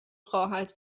خواهد